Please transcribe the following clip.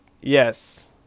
Yes